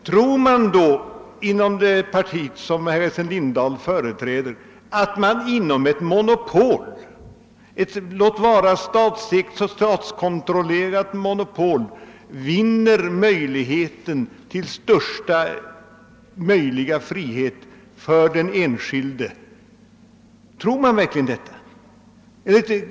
Tror man då inom det parti som herr Essen Lindahl företräder att man med ett monopol — låt vara statsägt och statskontrollerat — vinner möjligheten till största möjliga frihet för den enskilde? Tror man verkligen detta?